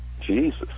Jesus